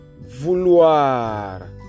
vouloir